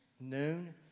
noon